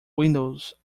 windows